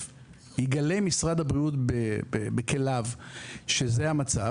יגלה משרד הבריאות בכליו שזה המצב.